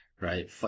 Right